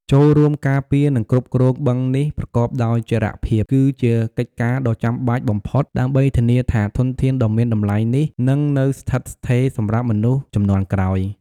ចូលរួមការពារ និងគ្រប់គ្រងបឹងនេះប្រកបដោយចីរភាព គឺជាកិច្ចការដ៏ចាំបាច់បំផុត ដើម្បីធានាថាធនធានដ៏មានតម្លៃនេះនឹងនៅស្ថិតស្ថេរសម្រាប់មនុស្សជំនាន់ក្រោយ។